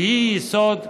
שהיא יסוד קיומנו.